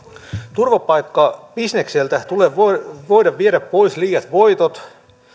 turvapaikkabisnekseltä tulee voida viedä pois liiat voitot